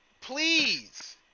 Please